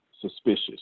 suspicious